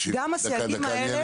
גם הסייגים האלה,